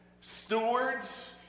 Stewards